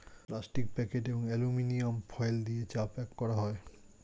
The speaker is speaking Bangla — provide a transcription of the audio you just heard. প্লাস্টিক প্যাকেট এবং অ্যালুমিনিয়াম ফয়েল দিয়ে চা প্যাক করা হয়